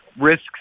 risks